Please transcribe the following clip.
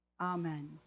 Amen